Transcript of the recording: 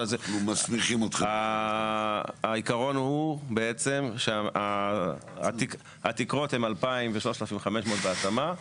אבל העיקרון הוא בעצם שהתקרות הן 2,000 ו-3,500 בהתאמה.